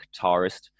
guitarist